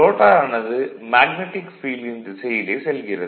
ரோட்டாரானது magnetic ஃபீல்டின் திசையிலே செல்கிறது